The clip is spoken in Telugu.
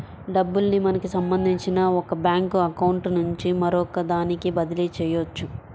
డబ్బుల్ని మనకి సంబంధించిన ఒక బ్యేంకు అకౌంట్ నుంచి మరొకదానికి బదిలీ చెయ్యొచ్చు